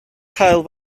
cael